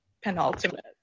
penultimate